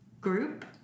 group